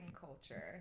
culture